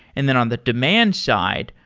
and then on the demand side,